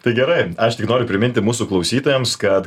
tai gerai aš tik noriu priminti mūsų klausytojams kad